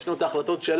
יש לנו את ההחלטות שלנו.